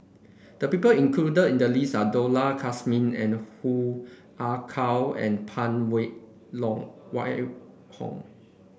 the people included in the list are Dollah Kassim and Hoo Ah Kay and Phan Wait Hong